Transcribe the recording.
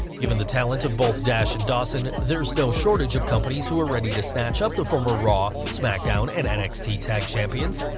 given the talent of both dash and dawson, there's no shortage of companies who are ready to snatch up the former raw, smackdown and nxt tag champions,